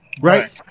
Right